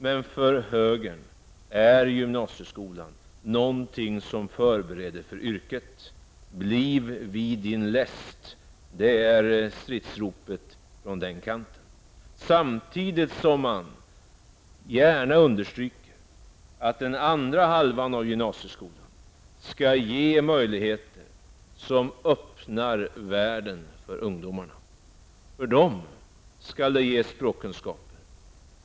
Men för högern är gymnasieskolan någonting som förbreder för yrket. Bliv vid din läst, är stridsropet från den kanten, samtidigt som man gärna understryker att den andra halvan av gymnasieskolan skall ge möjligheter som öppnar världen för ungdomarna. För dem skall det ges språkkunskaper.